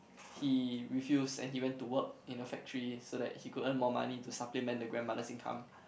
he refuse and he went to work in a factory so that he would earn more money to supplement the grandmother's income